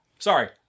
Sorry